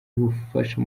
ubufasha